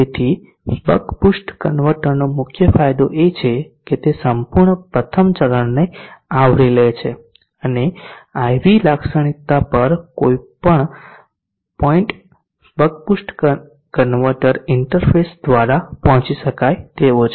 તેથી buck boost કન્વર્ટરનો મુખ્ય ફાયદો એ છે કે તે સંપૂર્ણ પ્રથમ ચરણને આવરી લે છે અને IV લાક્ષણિકતા પર કોઈપણ point buck boost converter interface દ્વારા પહોંચી શકાય તેવો છે